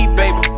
baby